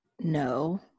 no